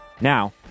Now